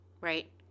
right